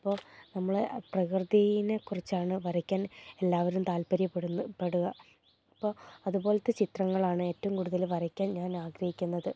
അപ്പോൾ നമ്മൾ പ്രകൃതിയിനെക്കുറിച്ചാണ് വരയ്ക്കാൻ എല്ലാവരും താല്പര്യപ്പെടുക അപ്പോൾ അതുപോലത്തെ ചിത്രങ്ങളാണ് ഏറ്റവും കൂടുതൽ വരയ്ക്കാൻ ഞാൻ ആഗ്രഹിക്കുന്നത്